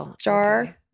jar